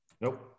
nope